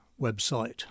website